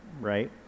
right